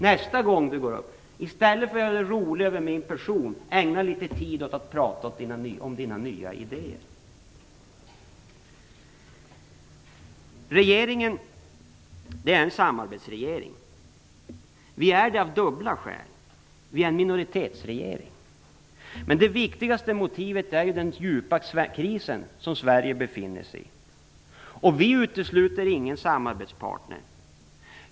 Nästa gång Mats Odell går upp i talarstolen skall han i stället för att göra sig rolig över min person prata om sina nya idéer. Regeringen är en samarbetsregering. Vi är det av dubbla skäl. Vi är en minoritetsregering. Men det viktigaste motivet är den djupa krisen som Sverige befinner sig i. Vi utesluter ingen samarbetspartner.